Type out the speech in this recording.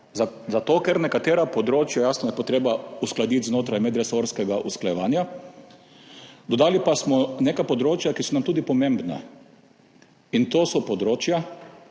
je nekatera področja, jasno, treba uskladiti znotraj medresorskega usklajevanja, dodali pa smo neka področja, ki so nam tudi pomembna, in to so področja,